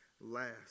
Last